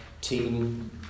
team